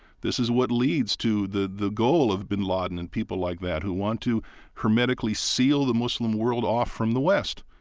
this is what leads to the the goal of bin laden and people like that, who want to hermetically seal the muslim world off from the west.